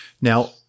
Now